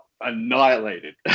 annihilated